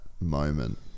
moment